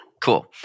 Cool